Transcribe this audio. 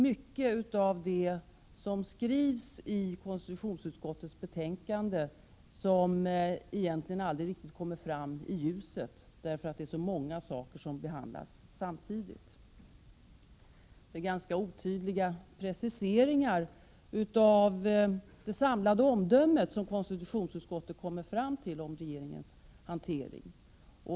Mycket av det som skrivs i konstitutionsutskottets betänkande kommer egentligen aldrig riktigt frami ljuset därför att det är så många saker som behandlas samtidigt. Det är ganska otydliga preciseringar av det samlade omdöme som konstitutionsutskottet kommer fram till om regeringens hantering.